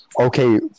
Okay